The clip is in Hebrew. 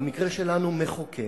במקרה שלנו מחוקק,